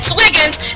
Swiggins